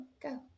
go